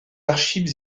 archives